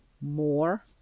more